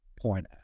point